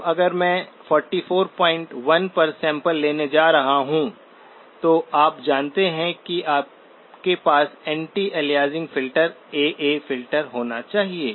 अब अगर मैं 441 पर सैंपल लेने जा रहा हूं तो आप जानते हैं कि आपके पास anti aliasing filter AA filter होना चाहिए